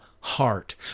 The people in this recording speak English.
Heart